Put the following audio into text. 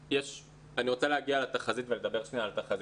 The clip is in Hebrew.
אני רוצה להגיע לתחזית ולדבר שנייה על התחזית.